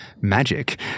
magic